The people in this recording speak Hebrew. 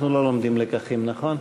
אנחנו לא לומדים לקחים, נכון?